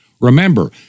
Remember